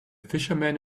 fisherman